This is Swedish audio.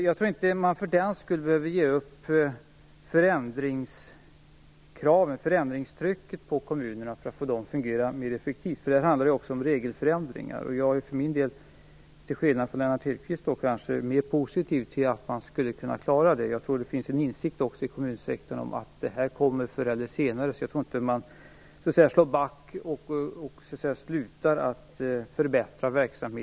Jag tror inte att man för den skull behöver ge upp förändringstrycket på kommunerna när det gäller att få dem att fungera mer effektivt. Det handlar också om regelförändringar, och jag är för min del - till skillnad kanske från Lennart Hedquist - positiv till att man skall kunna klara det. Jag tror att det finns en insikt i kommunsektorn om att detta förr eller senare kommer. Jag tror inte att man kommer att slå back och sluta att förbättra och effektivisera verksamheten.